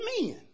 men